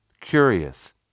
Curious